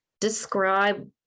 describe